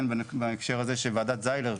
בהקשר הזה אני אציין שוועדת זיילר,